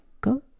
go